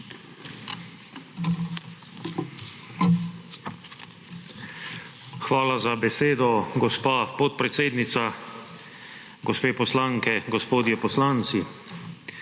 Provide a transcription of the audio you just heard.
Hvala za besedo, gospa podpredsednica. Gospe poslanke, gospodje poslanci.